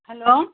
hello